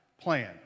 plan